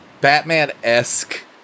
Batman-esque